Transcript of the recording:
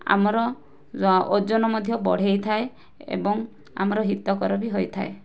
ଆମର ଯ ଓଜନ ମଧ୍ୟ ବଢ଼େଇ ଥାଏ ଏବଂ ଆମର ହିତକର ବି ହୋଇଥାଏ